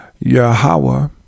Yahweh